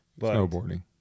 snowboarding